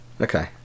Okay